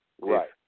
Right